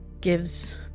gives